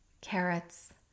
carrots